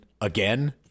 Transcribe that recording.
again